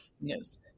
Yes